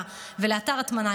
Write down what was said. כמו שאתה אומר,